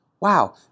Wow